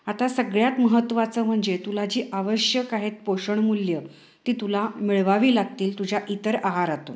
आता सगळ्यात महत्त्वाचं म्हणजे तुला जी आवश्यक आहेत पोषण मूल्य ती तुला मिळवावी लागतील तुझ्या इतर आहारातून